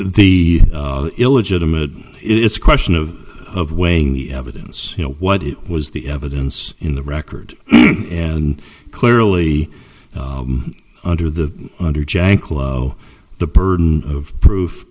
the illegitimate it's a question of of weighing the evidence you know what it was the evidence in the record and clearly under the under janklow the burden of proof